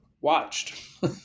watched